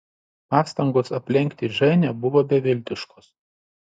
pastangos aplenkti ženią buvo beviltiškos